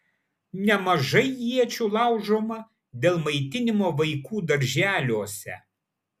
nemažai iečių laužoma dėl maitinimo vaikų darželiuose